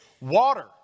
water